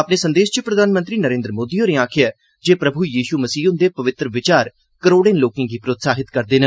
अपने संदेस च प्रधानमंत्री नरेन्द्र मोदी होरें आखेआ ऐ जे प्रभु यीश् मसीह ह्ंदे पवित्तर विचार करोई लोकें गी प्रोत्साहित करदे न